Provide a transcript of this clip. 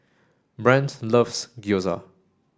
Brant loves Gyoza